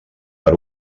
per